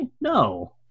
no